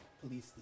police